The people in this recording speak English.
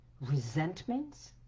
resentments